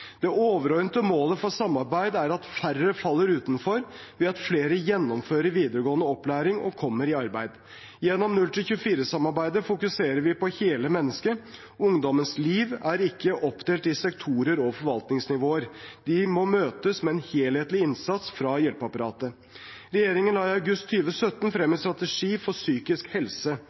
Det overordnede målet for samarbeidet er at færre faller utenfor ved at flere gjennomfører videregående opplæring og kommer i arbeid. Gjennom 0–24-samarbeidet fokuserer vi på hele mennesket. Ungdommers liv er ikke oppdelt i sektorer og forvaltningsnivåer. De må møtes med en helhetlig innsats fra hjelpeapparatet. Regjeringen la i august 2017 frem en strategi for psykisk helse,